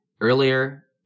Earlier